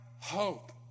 hope